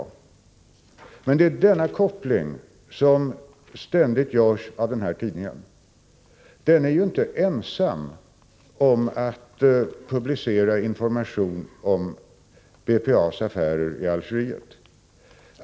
Det är emellertid denna koppling som ständigt görs av tidningen. Denna tidning är inte ensam om att publicera information om BPA:s affärer i Algeriet.